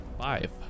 five